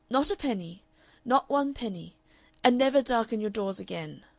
not a penny not one penny and never darken your doors again!